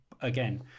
again